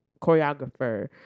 choreographer